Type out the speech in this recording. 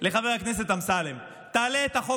לחבר הכנסת אמסלם: תעלה את החוק.